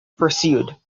pursued